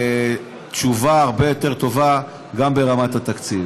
תשובה הרבה יותר טובה גם ברמת התקציב.